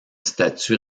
statue